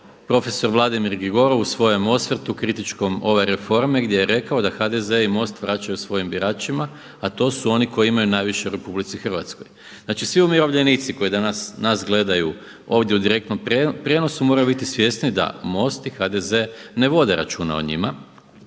profesor Vladimir Gligorov u svojem osvrtu kritičkom ove reforme gdje je rekao da HDZ i MOST vraćaju svojim biračima a to su oni koji imaju najviše u RH. Znači svi umirovljenici koji danas nas gledaju ovdje u direktnom prijenosu moraju biti svjesni da MOST i HDZ ne vode računa o njima,